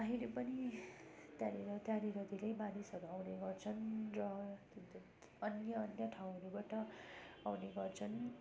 अहिले पनि त्यहाँनेर त्यहाँनेर धेरै मानिसहरू आउने गर्छन् र अन्य अन्य ठाउँहरूबाट आउने गर्छन्